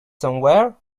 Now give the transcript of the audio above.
somewhere